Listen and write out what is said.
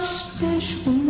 special